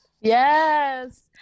Yes